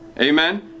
Amen